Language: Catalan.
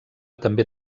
també